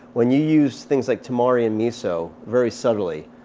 when you use things like tamari and miso very subtly,